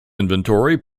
inventory